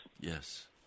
yes